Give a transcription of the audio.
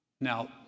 Now